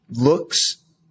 looks